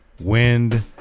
wind